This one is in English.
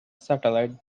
satellite